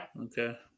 Okay